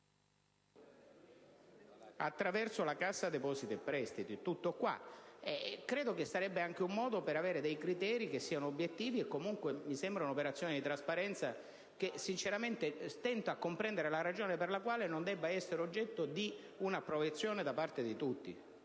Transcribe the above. attraverso la Cassa depositi e prestiti. Credo che sarebbe anche un modo per definire dei criteri obiettivi e, comunque, mi sembra un'operazione di trasparenza. Sinceramente, stento a comprendere la ragione per la quale non debba essere oggetto di un'approvazione da parte di tutti.